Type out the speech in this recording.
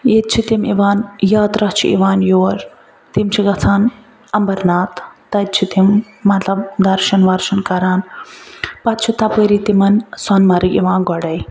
ییٚتہِ چھِ تِم یِوان یاترا چھِ یِوان یور تِم چھِ گژھان امرناتھ تتہِ چھِ تِم مطلب درشن ورشن کران پتہٕ چھِ تپٲری تِمن سۄنہٕ مرگ یِوان گۄڈَے